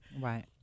Right